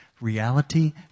reality